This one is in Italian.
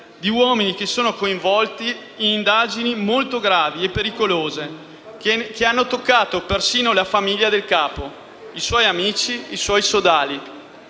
di uomini coinvolti in indagini molto gravi e pericolose, che hanno toccato persino la famiglia del capo, i suoi amici, i suoi sodali.